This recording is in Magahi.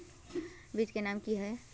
बीज के नाम की है?